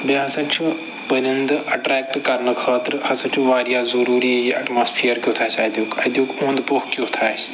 بیٚیہِ ہسا چھُ پٔرِنٛدٕ اٮ۪ٹرٮ۪کٹ کَرنہٕ خٲطرٕ ہسا چھِ واریاہ ضٔروٗری یہِ اٮ۪ٹماسپھِیَر کیُتھ آسہِ اَتیُک اَتیُک اوٚنٛد پوٚک کیُتھ آسہِ